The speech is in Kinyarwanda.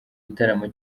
igitaramo